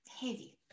heavy